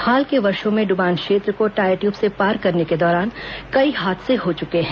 हाल के वर्षो में डूबान क्षेत्र को टायर ट्यूब से पार करने के दौरान कई हादसे हो चुके हैं